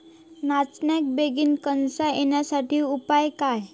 नाचण्याक बेगीन कणसा येण्यासाठी उपाय काय?